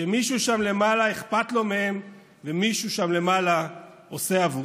שמישהו שם למעלה אכפת לו מהם ומישהו שם למעלה עושה עבורם.